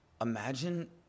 imagine